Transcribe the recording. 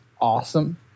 awesome